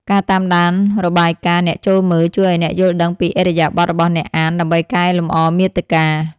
ការតាមដានរបាយការណ៍អ្នកចូលមើល ជួយឱ្យអ្នកយល់ដឹងពីឥរិយាបថរបស់អ្នកអានដើម្បីកែលម្អមាតិកា។